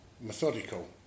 methodical